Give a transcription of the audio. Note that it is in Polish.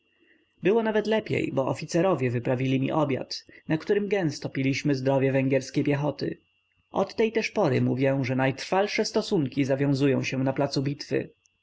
było nawet lepiej bo oficerowie wyprawili mi obiad na którym gęsto piliśmy zdrowie węgierskiej piechoty od tej też pory mówię że najtrwalsze stosunki zawiązują się na